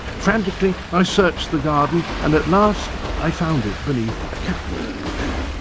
frantically i searched the garden and at last i found it beneath a catmint bush.